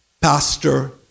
Pastor